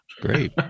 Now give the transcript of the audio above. Great